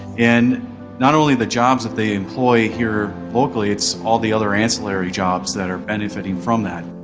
and not only the jobs that they emnploye here locally, it's all the other ancillary jobs that are benefiting from that.